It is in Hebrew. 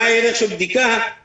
מה הערך של בדיקה,